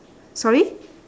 sorry